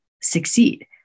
succeed